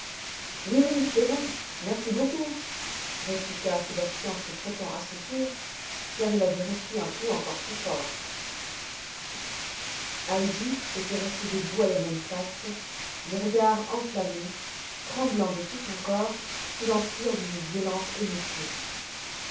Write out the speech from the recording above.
oui oui c'est bon merci beaucoup répliqua sébastien en se frottant à son tour car il avait reçu un coup encore plus fort heidi était restée debout à la même place le regard enflammé tremblant de tout son corps sous l'empire d'une violente émotion